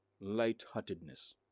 lightheartedness